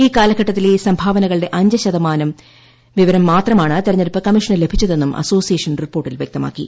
ഈ കാലഘട്ടത്തിലെ സംഭാവനകളുടെ അഞ്ച് ശതമാനം വിവവരം മാത്രമാണ് തെരഞ്ഞെടുപ്പ് കമ്മീഷന് ലഭിച്ചതെന്നും അസോസിയേഷൻ റിപ്പോർട്ടിൽ വ്യക്തമാക്കി